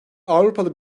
avrupalı